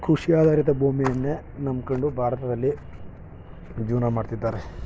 ಕೃಷಿ ಆಧಾರಿತ ಭೂಮಿಯನ್ನೇ ನಂಬಿಕೊಂಡು ಭಾರತದಲ್ಲಿ ಜೀವನ ಮಾಡ್ತಿದ್ದಾರೆ